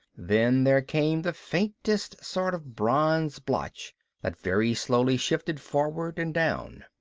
then there came the faintest sort of bronze blotch that very slowly shifted forward and down.